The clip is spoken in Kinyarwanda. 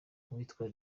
witwa